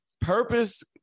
Purpose